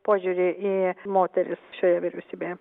požiūrį į moteris šioje vyriausybėje